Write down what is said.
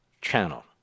channel